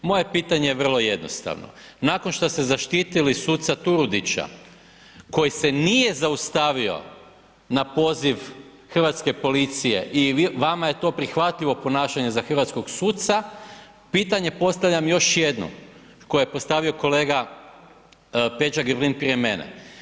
Moje je pitanje vrlo jednostavno, nakon što ste zaštitili suca Turudića koji se nije zaustavio na poziv hrvatske policije i vama je to prihvatljivo ponašanje za hrvatskog suca, pitanje postavljam još jednom koje je postavio Peđa Grbin prije mene.